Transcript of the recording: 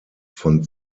von